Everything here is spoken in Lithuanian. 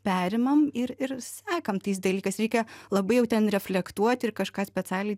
perimam ir ir sekam tais dalykais reikia labai jau ten reflektuot ir kažką specialiai